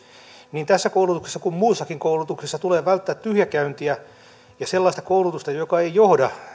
niin tässä koulutuksessa kuin muussakin koulutuksessa tulee välttää tyhjäkäyntiä ja sellaista koulutusta joka ei johda